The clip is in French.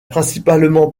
principalement